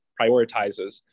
prioritizes